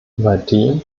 seitdem